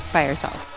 by herself